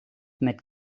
met